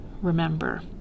remember